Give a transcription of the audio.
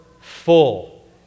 full